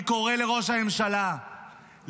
אני קורא לראש הממשלה להתעורר.